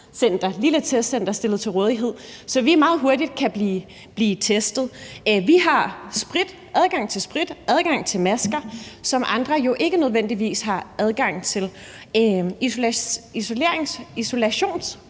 lille testcenter stillet til rådighed, så vi meget hurtigt kan blive testet. Vi har adgang til sprit, adgang til masker, som andre jo ikke nødvendigvis har adgang til. I forhold